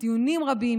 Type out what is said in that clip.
בדיונים רבים,